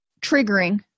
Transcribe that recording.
triggering